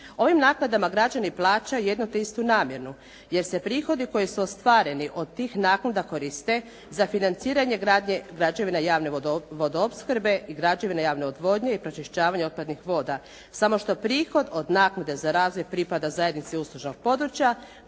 Ovim naknadama građani plaćaju jedno te istu namjenu. Jer se prihodi koji su ostvareni od tih naknada koriste za financiranje gradnje građevina javne vodoopskrbe i građevina javne odvodnje i pročišćavanje otpadnih voda. Samo što prihod od naknade za razvoj pripada zajednici uslužnog područja